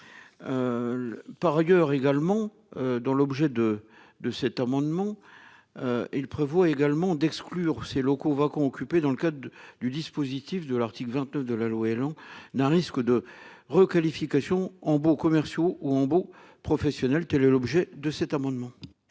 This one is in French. Par ailleurs, également dans l'objet de de cet amendement. Ils prévoient également d'exclure ces locaux convoquons occupé dans le cadre du dispositif de l'article 29 de la loi élan d'un risque de requalification en baux commerciaux ou en bon professionnel qu'elle est l'objet de cet amendement.